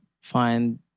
find